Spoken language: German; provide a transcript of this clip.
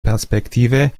perspektive